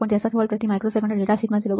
63 volt પ્રતિ microsecond એ ડેટાશીટમાં 0